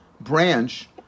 branch